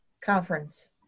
conference